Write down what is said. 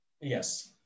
Yes